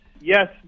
Yes